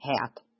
hat